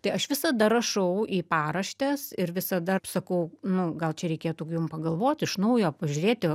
tai aš visada rašau į paraštes ir visada sakau nu gal čia reikėtų jum pagalvot iš naujo pažiūrėti